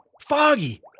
Foggy